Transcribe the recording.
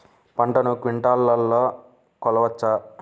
పంటను క్వింటాల్లలో కొలవచ్చా?